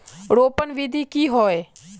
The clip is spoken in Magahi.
रोपण विधि की होय?